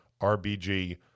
RBG